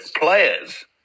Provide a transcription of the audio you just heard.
players